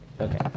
Okay